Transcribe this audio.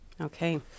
Okay